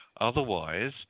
Otherwise